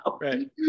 Right